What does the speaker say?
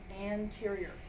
anterior